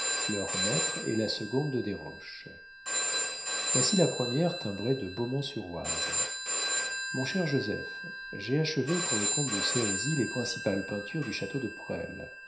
leur maître et la seconde de desroches voici la première timbrée de beaumont sur oise mon cher joseph j'ai achevé pour le comte de sérizy les principales peintures du château de presles